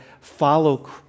follow